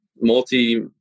multi